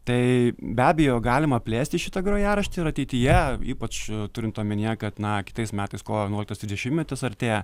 tai be abejo galima plėsti šitą grojaraštį ir ateityje ypač turint omenyje kad na kitais metais kovo vienuoliktos trisdešimtmetis artėja